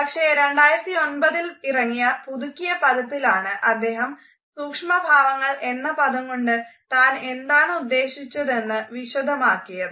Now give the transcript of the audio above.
പക്ഷെ 2009ൽ ഇറങ്ങിയ പുതുക്കിയ പതിപ്പിലാണ് അദ്ദേഹം സൂക്ഷ്മഭാവങ്ങൾ എന്ന പദം കൊണ്ട് താൻ എന്താണ് ഉദ്ദേശിച്ചതെന്ന് വിശദമാക്കിയത്